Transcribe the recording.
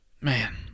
Man